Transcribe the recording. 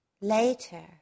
Later